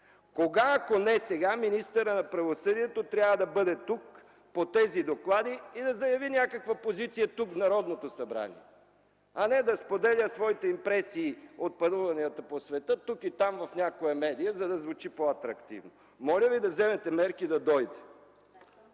Кога, ако не сега, министърът на правосъдието трябва да бъде тук по тези доклади и да заяви някаква позиция тук, в Народното събрание! Не да споделя своите импресии от пътуванията по света тук и там в някоя медия, за да звучи по-атрактивно. Моля Ви, да вземете мерки да дойде!